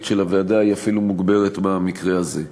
של הוועדה היא אפילו מוגברת במקרה הזה.